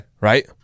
Right